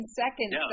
seconds